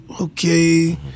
okay